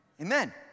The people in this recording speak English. Amen